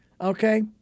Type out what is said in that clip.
Okay